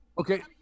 Okay